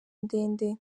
ndende